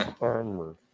armor